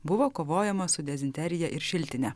buvo kovojama su dezinterija ir šiltine